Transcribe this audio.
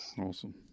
Awesome